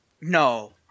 No